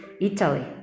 Italy